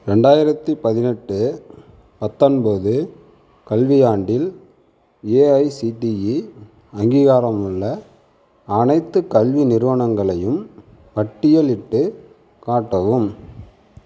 ரெண்டாயிரத்தி பதினெட்டு பத்தொன்பது கல்வியாண்டில் ஏஐசிடிஇ அங்கீகாரமுள்ள அனைத்துக் கல்வி நிறுவனங்களையும் பட்டியலிட்டுக் காட்டவும்